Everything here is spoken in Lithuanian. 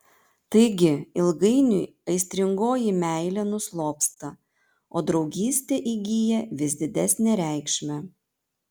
taigi ilgainiui aistringoji meilė nuslopsta o draugystė įgyja vis didesnę reikšmę